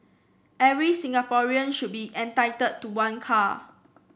every Singaporean should be entitled to one car